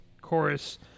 chorus